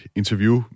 interview